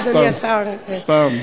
סתם.